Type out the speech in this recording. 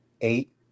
eight